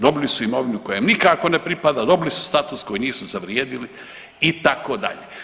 Dobili su imovinu koja im nikako ne pripada, dobili su status koji nisu zavrijedili itd.